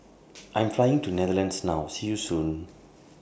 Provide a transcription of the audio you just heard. I'm Flying to Netherlands now See YOU Soon